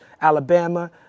Alabama